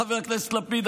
חבר הכנסת לפיד,